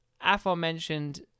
aforementioned